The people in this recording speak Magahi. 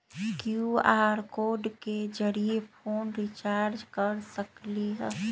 कियु.आर कोड के जरिय फोन रिचार्ज कर सकली ह?